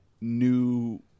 new